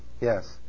yes